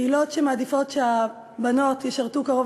בקהילות שמעדיפות שהבנות ישרתו קרוב